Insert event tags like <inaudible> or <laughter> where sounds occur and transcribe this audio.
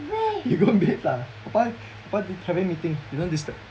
you go and bathe lah <breath> having meeting you don't disturb